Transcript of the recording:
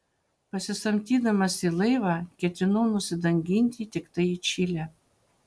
pasisamdydamas į laivą ketinau nusidanginti tiktai į čilę